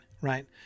Right